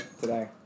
today